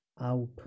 out